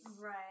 Right